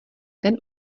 ten